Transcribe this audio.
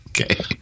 Okay